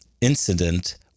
incident